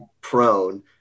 prone